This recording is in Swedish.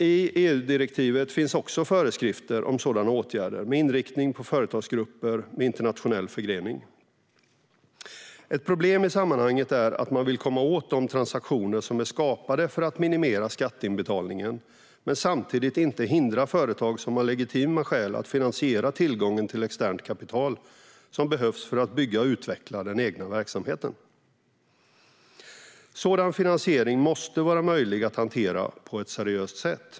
I EU-direktivet finns också föreskrifter om sådana åtgärder med inriktning på företagsgrupper med internationell förgrening. Ett problem i sammanhanget är att man vill komma åt de transaktioner som är skapade för att minimera skatteinbetalningen, men samtidigt inte hindra företag som har legitima skäl att finansiera tillgången till externt kapital som behövs för att bygga och utveckla den egna verksamheten. Sådan finansiering måste vara möjlig att hantera på ett seriöst sätt.